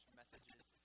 messages